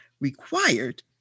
required